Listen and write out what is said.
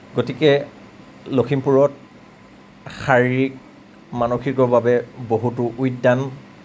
গতিকে লখিমপুৰত শাৰিৰীক মানসিকৰ বাবে বহুতো উদ্যান